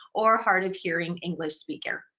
or hard of hearing english speaker.